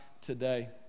today